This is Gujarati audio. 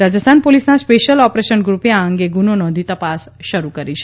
રાજસ્થાન પોલીસના સ્પેશિયલ ઓપરેશન ગ્રુપે આ અંગે ગુનો નોંધી તપાસ શરૂ કરી છે